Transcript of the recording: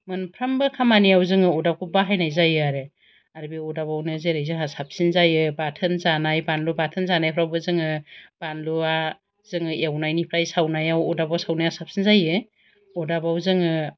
मोनफ्रोमबो खामानियाव जोङो अरदाबखौ बाहायनाय जायो आरो आरो बे अरदाबावनो जेरै जोंहा साबसिन जायो बाथोन जानाय बानलु बाथोन जानायफोरावबो जोङो बानलुआ जोङो एवनायनिफ्राय सावनायाव अरदाबाव सावनाया साबसिन जायो अरदाबाव जोङो